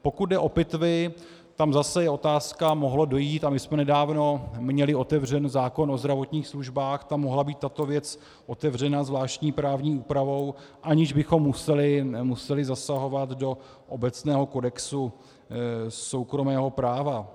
Pokud jde o pitvy, tam zase je otázka mohlo dojít, a my jsme nedávno měli otevřen zákon o zdravotních službách, tam mohla být tato věc otevřena zvláštní právní úpravou, aniž bychom museli zasahovat do obecného kodexu soukromého práva.